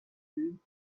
room